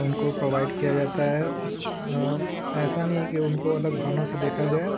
उनको प्रोवाइड किया जाता है ऐसा नहीं है कि वो उनको अलग भावनाओं से देखा जाए